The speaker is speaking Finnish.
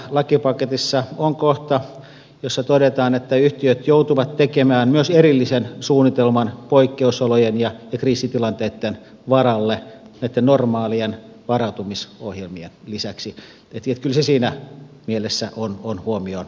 tässä lakipaketissa on kohta jossa todetaan että yhtiöt joutuvat tekemään myös erillisen suunnitelman poikkeusolojen ja kriisitilanteitten varalle näitten normaalien varautumisohjelmien lisäksi niin että kyllä se siinä mielessä on huomioon otettu